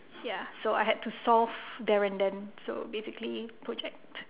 ya so I have to solve there and then so basically project